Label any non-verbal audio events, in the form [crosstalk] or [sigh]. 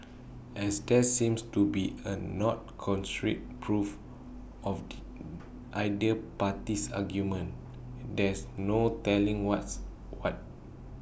as there seems to be A not constraint proof of [noise] either party's argument there's no telling what's what